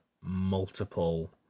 multiple